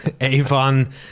Avon